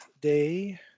day